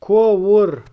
کھووُر